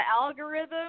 algorithm